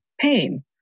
pain